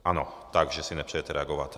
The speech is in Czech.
Ano, takže si nepřejete reagovat.